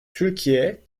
türkiye